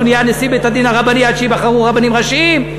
הוא נהיה נשיא בית-הדין הרבני עד שייבחרו רבנים ראשיים.